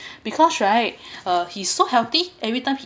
because right uh he so healthy everytime he